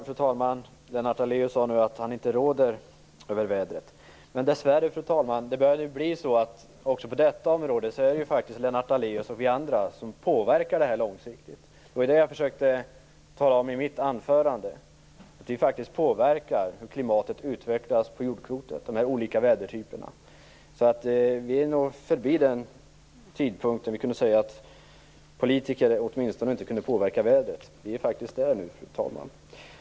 Fru talman! Lennart Daléus sade att han inte råder över vädret. Men dessvärre börjar det bli så att Lennart Daléus och vi andra faktiskt påverkar också det här området långsiktigt. Det var det jag försökte tala om i mitt anförande. Vi påverkar hur klimatet, de olika vädertyperna, utvecklas på jordklotet. Vi har nog kommit förbi den tidpunkt då vi kunde säga att politiker åtminstone inte kunde påverka vädret. Vi är där nu, fru talman.